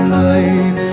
life